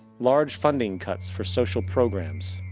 large funding cuts for social programs,